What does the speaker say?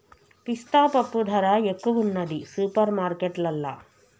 పిస్తా పప్పు ధర ఎక్కువున్నది సూపర్ మార్కెట్లల్లా